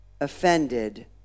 offended